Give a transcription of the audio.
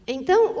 Então